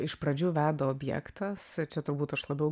iš pradžių veda objektas čia turbūt aš labiau